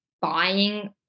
Buying